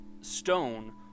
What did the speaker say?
stone